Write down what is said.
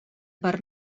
part